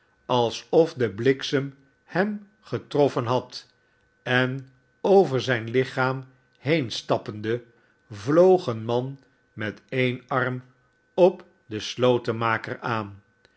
alsof de bliksem hem getroffen had en over zijn lichaam heen stappende vloog een man met e'en arm op den slotenmaker aan